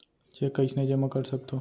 Cheque कईसने जेमा कर सकथो?